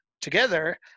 together